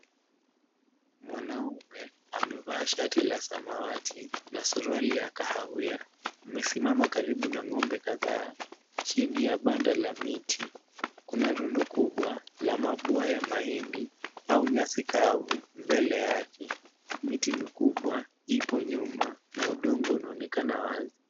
Mwanaume amevaa shati la samawati na suruali ya kahawia amesimama karibu na ng'ombe kadhaa. Chini ya banda la miti, kuna rundo kubwa la mabua ya mahindi au nyasi kavu mbele yake. Miti mikubwa ipo nyuma na udongo unaonekana wazi.